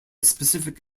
specific